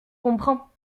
comprends